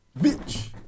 Bitch